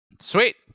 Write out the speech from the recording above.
Sweet